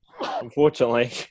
unfortunately